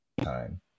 time